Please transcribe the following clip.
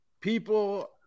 people